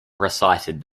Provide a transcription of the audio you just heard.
recited